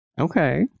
Okay